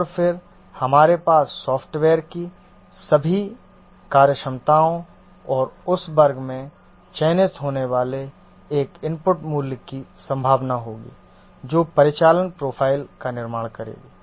और फिर हमारे पास सॉफ्टवेयर की सभी कार्यक्षमताओं और उस वर्ग से चयनित होने वाले एक इनपुट मूल्य की संभावना होगी जो परिचालन प्रोफ़ाइल का निर्माण करेगा